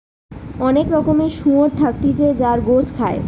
অনেক রকমের শুয়োর থাকতিছে যার গোস খায়